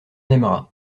aimera